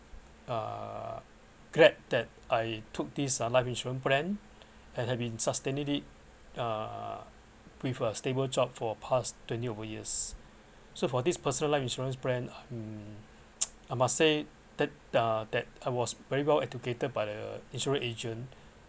uh glad that I took this uh life insurance plan and had been sustain it it uh with a stable job for past twenty over years so for this personal life insurance plan um I must say that uh that I was very well educated by the insurance agent